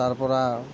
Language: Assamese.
তাৰ পৰা